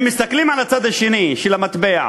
אם מסתכלים על הצד השני של המטבע,